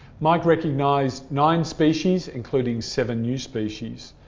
mike recognised nine species, including seven new species.